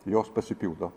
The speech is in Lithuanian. jos pasipildo